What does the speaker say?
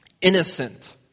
innocent